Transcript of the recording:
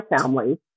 family